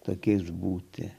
tokie išbūti